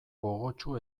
gogotsu